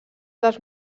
dels